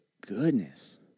Goodness